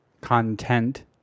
content